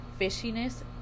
fishiness